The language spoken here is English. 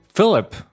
Philip